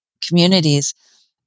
communities